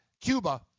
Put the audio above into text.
Cuba